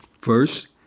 First